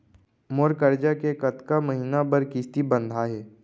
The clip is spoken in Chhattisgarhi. मोर करजा के कतका महीना बर किस्ती बंधाये हे?